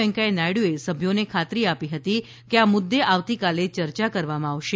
વૈકેંયા નાયડુએ સભ્યોને ખાતરી આપી હતી કે આ મુદ્દે આવતીકાલે ચર્ચા કરવામાં આવશે